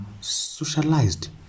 socialized